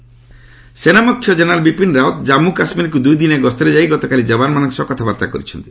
army chief ସେନା ମୁଖ୍ୟ general Bipin Rawat Jammu କାଶ୍ମୀରକୁ ଦୁଇଦିନିଆ ଗସ୍ତରେ ଯାଇ ଗତକାଲି ଯବାନ୍ମାନଙ୍କ ସହ କଥାବାର୍ତ୍ତା କରିଛନ୍ତି